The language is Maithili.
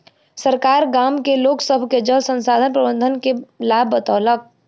सरकार गाम के लोक सभ के जल संसाधन प्रबंधन के लाभ बतौलक